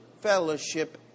fellowship